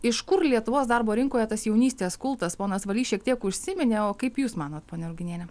iš kur lietuvos darbo rinkoje tas jaunystės kultas ponas valys šiek tiek užsiminė o kaip jūs manot ponia ruginiene